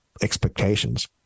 expectations